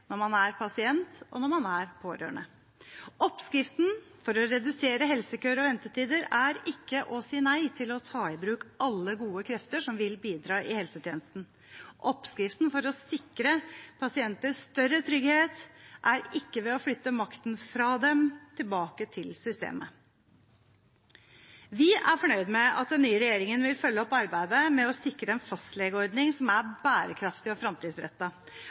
når man er pasient, og når man er pårørende. Oppskriften for å redusere helsekøer og ventetider er ikke å si nei til å ta i bruk alle gode krefter som vil bidra i helsetjenesten. Oppskriften for å sikre pasienter større trygghet er ikke ved å flytte makten fra dem og tilbake til systemet. Vi er fornøyd med at den nye regjeringen vil følge opp arbeidet med å sikre en fastlegeordning som er bærekraftig og